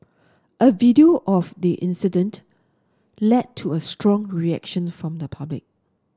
a video of the incident led to a strong reaction from the public